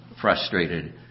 frustrated